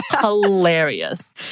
hilarious